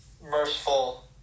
Merciful